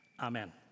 amen